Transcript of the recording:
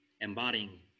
embodying